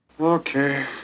okay